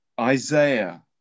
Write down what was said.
Isaiah